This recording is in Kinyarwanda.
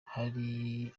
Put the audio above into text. hari